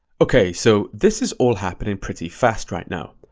okay, so this is all happening pretty fast right now.